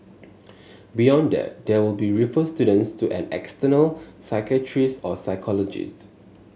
beyond that they will be refer students to an external psychiatrist or psychologists